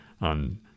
on